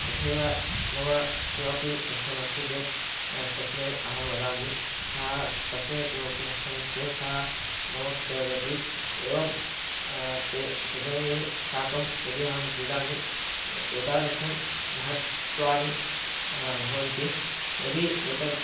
तथैव मम किमपि कष्टमस्ति चेत् तस्मै अहं वदामि सः तस्य किमपि कष्टमस्ति चेत् सः मम कृते वदति एवं ते स्वजनैः साकं यदि अहं क्रीडामि एतादृशं महत्त्वानि भवन्ति यदि एतद्